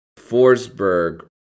Forsberg